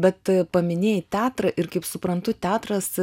bet paminėjai teatrą ir kaip suprantu teatras